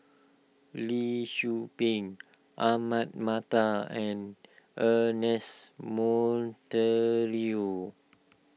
Lee Tzu Pheng Ahmad Mattar and Ernest Monteiro